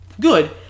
good